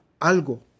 algo